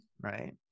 right